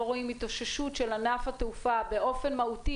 רואים התאוששות של ענף התעופה באופן מהותי,